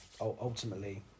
ultimately